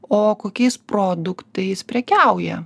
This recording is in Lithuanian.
o kokiais produktais prekiauja